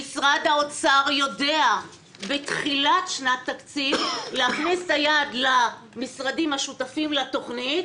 משרד האוצר יודע בתחילת שנת תקציב להכניס את היד למשרדים השותפים לתכנית